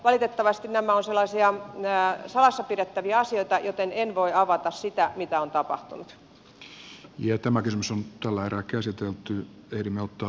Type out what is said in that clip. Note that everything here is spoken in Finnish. valitettavasti nämä ovat sellaisia salassa pidettäviä asioita joten en voi avata sitä mitä on tapahtunut